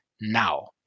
now